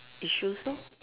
issues lor